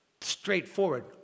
straightforward